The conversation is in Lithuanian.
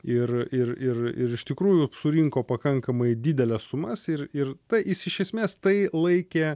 ir ir ir ir iš tikrųjų surinko pakankamai dideles sumas ir ir jis iš esmės tai laikė